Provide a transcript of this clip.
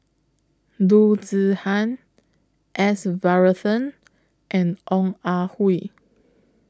Loo Zihan S Varathan and Ong Ah Hoi